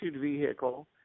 vehicle